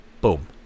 boom